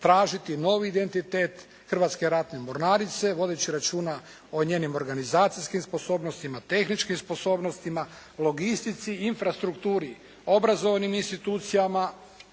tražiti novi identitet Hrvatske ratne mornarice vodeći računa o njenim organizacijskim sposobnostima, tehničkim sposobnostima, logistici i infrastrukturi, obrazovnim institucijama